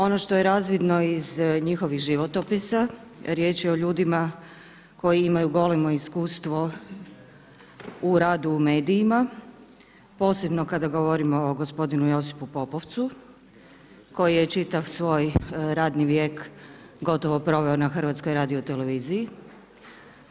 Ono što je razvidno iz njihovih životopisa, riječ je o ljudima koji imaju golemo iskustvo u radu u medijima posebno kada govorimo o gospodinu Josipu Popovcu koji je čitav svoj radni vijek gotovo proveo na HRT-u.